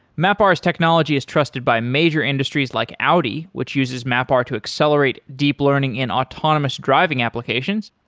mapr's technology is trusted by major industries like audi, which uses mapr to accelerate deep learning in autonomous driving applications.